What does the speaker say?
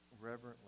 reverently